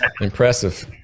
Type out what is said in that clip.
impressive